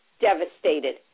devastated